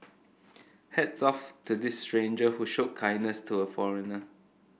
hats off to this stranger who showed kindness to a foreigner